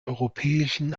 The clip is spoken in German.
europäischen